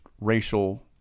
racial